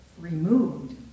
removed